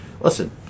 Listen